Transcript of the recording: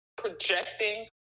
projecting